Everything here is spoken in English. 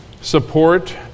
support